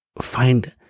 find